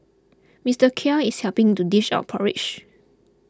Mister Khair is helping to dish out porridge